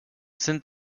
sind